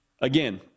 Again